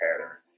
patterns